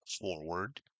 forward